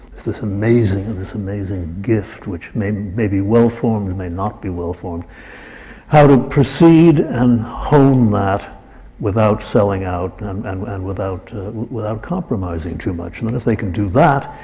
it's this amazing, this amazing gift which may may be well formed, it may not be well formed how to proceed and hone that without selling out um and and without without compromising too much. and and if they can do that,